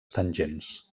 tangents